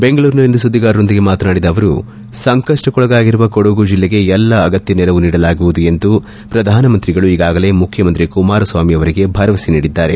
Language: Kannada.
ಬೆಂಗಳೂರಿನಲ್ಲಿಂದು ಸುದ್ದಿಗಾರೊಂದಿಗೆ ಮಾತನಾಡಿದ ಅವರುಸಂಕಷ್ಷಕ್ಕೊಳಗಾಗಿರುವ ಕೊಡಗು ಜಿಲ್ಲೆಗೆ ಎಲ್ಲಾ ಅಗತ್ಯ ನೆರವು ನೀಡಲಾಗುವುದು ಎಂದು ಪ್ರಧಾನಮಂತ್ರಿಗಳು ಈಗಾಗಲೇ ಮುಖ್ಯಮಂತ್ರಿ ಕುಮಾರಸ್ವಾಮಿ ಅವರಿಗೆ ಭರವಸೆ ನೀಡಿದ್ದಾರೆ